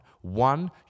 One